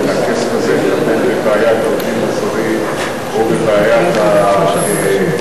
ובכסף הזה לטפל בבעיית העובדים הזרים או בבעיית האבטלה.